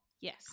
Yes